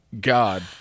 God